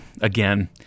again